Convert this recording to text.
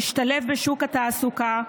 להשתלב בשוק התעסוקה,